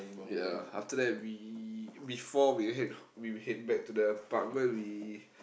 ya after that we before we head we head back to the apartment we